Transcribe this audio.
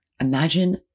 Imagine